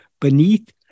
beneath